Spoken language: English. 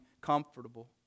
comfortable